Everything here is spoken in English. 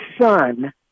son